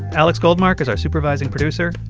alex goldmark is our supervising producer.